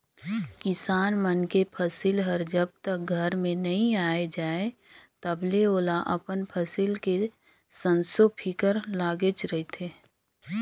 किसान मन के फसिल हर जब तक घर में नइ आये जाए तलबे ओला अपन फसिल के संसो फिकर लागेच रहथे